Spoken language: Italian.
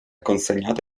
consegnato